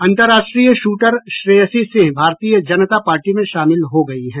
अन्तर्राष्ट्रीय shooter Shreyasi Singh Bharatiya Janata Party में शामिल हो गयी हैं